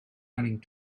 running